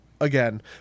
again